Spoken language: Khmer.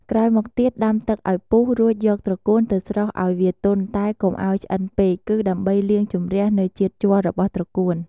ក្រោយមកទៀតដាំទឹកឱ្យពុះរួចយកត្រកួនទៅស្រុះឱ្យវាទន់តែកុំឱ្យឆ្អិនពេកគឺដើម្បីលាងជម្រះនៅជាតិជ័ររបស់ត្រកួន។